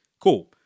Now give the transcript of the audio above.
Cool